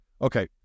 Okay